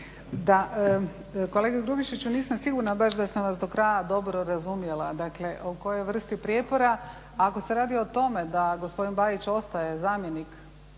Kolega Grubišiću, nisam sigurna baš da sam vas do kraja dobro razumjela, dakle o kojoj vrsti prijepora ako se radi o tome da gospodin Bajić ostaje zamjenik